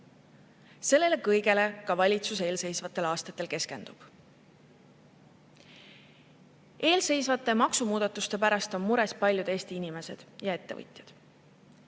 Sellele kõigele ka valitsus eelseisvatel aastatel keskendub. Eesseisvate maksumuudatuste pärast on mures paljud Eesti inimesed ja ettevõtjad.